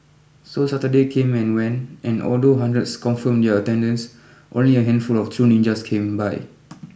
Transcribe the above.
so Saturday came and went and although hundreds confirmed their attendance only a handful of true ninjas came by